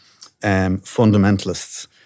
fundamentalists